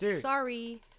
sorry